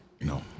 No